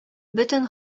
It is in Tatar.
бөтен